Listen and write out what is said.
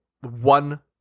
one